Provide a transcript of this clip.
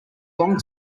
long